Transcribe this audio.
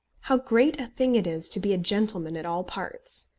how great a thing it is to be a gentleman at all parts!